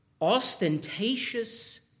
ostentatious